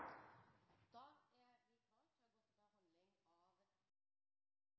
Da er vi nødt til å få forskjellene ned. Vi er nødt til